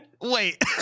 wait